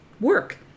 work